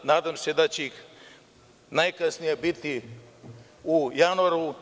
Nadam se da će najkasnije biti u januaru.